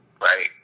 right